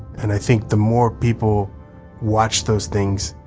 and i think the more people watch those things,